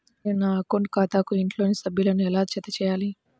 నేను నా అకౌంట్ ఖాతాకు ఇంట్లోని సభ్యులను ఎలా జతచేయాలి?